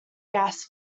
gas